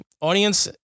audience